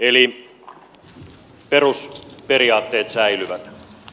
eli perusperiaatteet säilyvät